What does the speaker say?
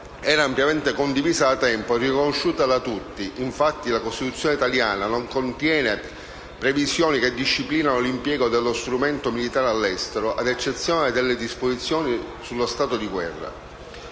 era ampiamente condivisa da tempo e riconosciuta da tutti. Infatti, la Costituzione italiana non contiene previsioni che disciplinano l'impiego dello strumento militare all'estero, ad eccezione delle disposizioni sullo stato di guerra.